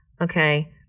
okay